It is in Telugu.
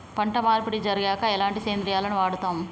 పంట మార్పిడి జరిగాక ఎలాంటి సేంద్రియాలను వాడుతం?